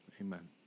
amen